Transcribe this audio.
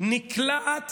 נקלעת